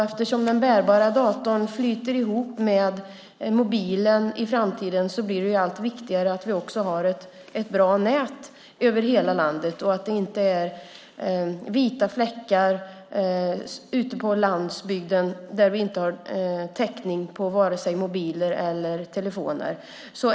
Eftersom den bärbara datorn flyter ihop med mobilen i framtiden blir det allt viktigare att vi också har ett bra nät över hela landet och att det inte är vita fläckar ute på landsbygden där vi inte har täckning för vare sig mobiler eller telefoner.